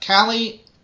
Callie